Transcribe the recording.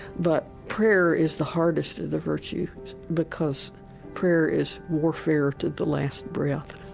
but prayer is the hardest of the virtues because prayer is warfare to the last breath.